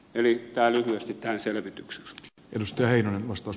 eli tämä lyhyesti tähän selvitykseksi